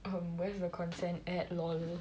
um where's the consent at LOL